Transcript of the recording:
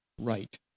right